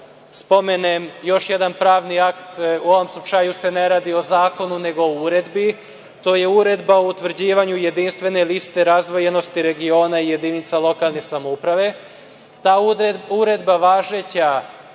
spomenem još jedan pravni akt u ovom slučaju se ne radi o zakonu nego o uredbi. To je Uredba o utvrđivanju jedinstvene liste razvoja razvijenosti regiona i jedinica lokalne samouprave. Ta Uredba važeća